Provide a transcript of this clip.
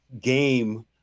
game